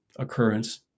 occurrence